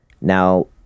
now